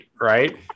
Right